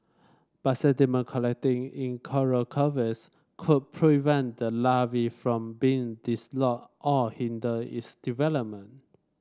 but sediment collecting in coral could prevent the larva from being dislodged or hinder its development